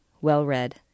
well-read